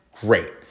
great